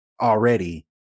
already